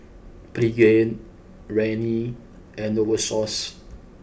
Pregain Rene and Novosource